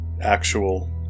actual